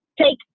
take